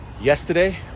yesterday